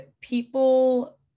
people